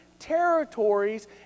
territories